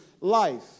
life